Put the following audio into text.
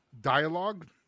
dialogue